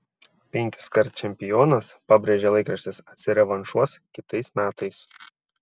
penkiskart čempionas pabrėžė laikraštis atsirevanšuos kitais metais